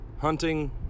hunting